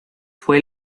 fue